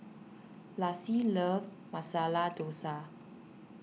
Lassie loves Masala Dosa